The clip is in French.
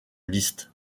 liste